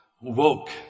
woke